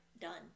done